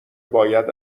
باید